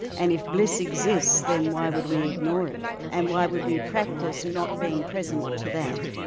and if bliss exists then why would we ignore it, and why would we practise not being present to that?